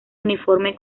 uniforme